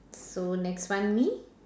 so next one me